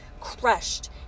crushed